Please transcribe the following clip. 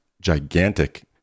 gigantic